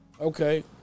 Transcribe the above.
Okay